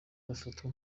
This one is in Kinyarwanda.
bafatwa